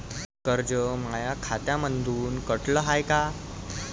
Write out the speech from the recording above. कर्ज माया खात्यामंधून कटलं हाय का?